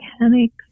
mechanics